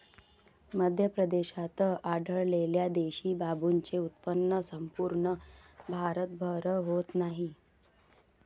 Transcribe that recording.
मध्य प्रदेशात आढळलेल्या देशी बांबूचे उत्पन्न संपूर्ण भारतभर होत नाही